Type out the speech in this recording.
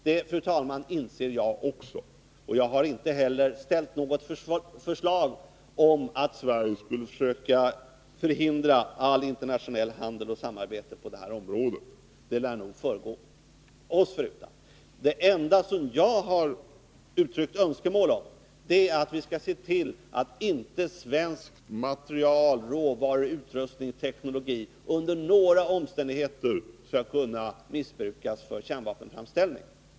Det inser också jag, fru talman. Jag har inte heller presenterat något förslag om att Sverige skulle försöka förhindra all internationell handel och allt samarbete på detta område. Det lär nog fortsätta oss förutan. Det enda som jag har uttryckt önskemål om är att vi skall se till att svenskt material, svensk råvara, utrustning eller teknologi, inte under några omständigheter kan missbrukas för kärnvapenframställning.